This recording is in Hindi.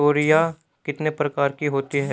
तोरियां कितने प्रकार की होती हैं?